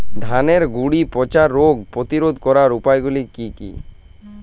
ধানের গুড়ি পচা রোগ প্রতিরোধ করার উপায়গুলি কি কি?